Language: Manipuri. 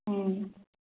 ꯎꯝ